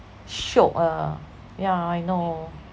shiok ah yeah I know